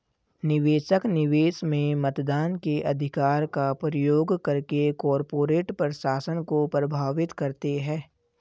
निवेशक, निवेश में मतदान के अधिकार का प्रयोग करके कॉर्पोरेट प्रशासन को प्रभावित करते है